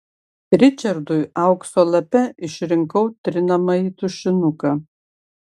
ričardui aukso lape išrinkau trinamąjį tušinuką